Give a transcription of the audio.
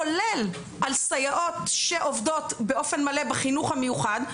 כולל על סייעות שעובדות באופן מלא בחינוך המיוחד,